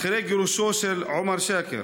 אחרי גירושו של עומר שאכר,